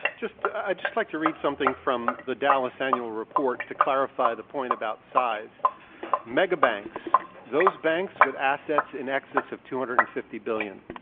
just i'd just like to read something from the dallas annual report to clarify the point about size mega-banks, those banks with assets in excess of two hundred and fifty billion,